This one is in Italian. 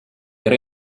era